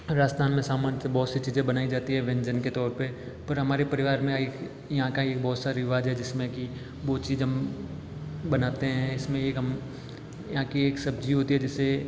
राजस्थान में सामान से बहुत सी चीज़ें बनाई जाती है व्यंजन के तौर पर पर हमारे परिवार में एक यहाँ का एक बहुत सा रिवाज है जिसमें कि वो चीज हम बनाते है जिसमें एक हम यहाँ की एक सब्जी होती है जिससे